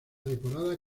decorada